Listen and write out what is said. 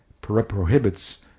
prohibits